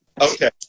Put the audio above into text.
Okay